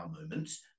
moments